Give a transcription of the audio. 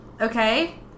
okay